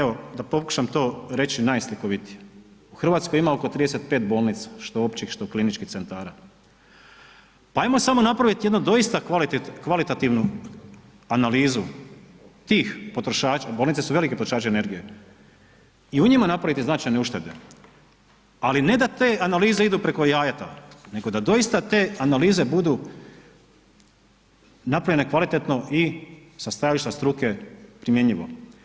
Evo da pokušam to reći najslikovitije, u RH ima oko 35 bolnica, što općih, što kliničkih centara, pa ajmo samo napraviti jedno doista kvalitativnu analizu tih potrošača, bolnice su veliki potrošači energije i u njima napraviti značajne uštede, ali ne da te analize idu preko Jajeta, nego da doista te analize bude napravljene kvalitetno i sa stajališta struke primjenjivo.